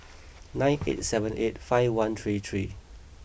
nine eight seven eight five one three three